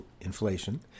inflation